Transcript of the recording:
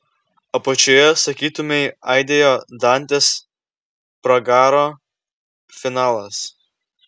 apačioje sakytumei aidėjo dantės pragaro finalas